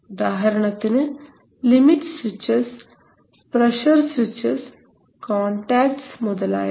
ഉദാഹരണത്തിന് limit switches pressure switches contacts മുതലായവ